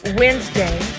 wednesday